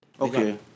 Okay